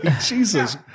Jesus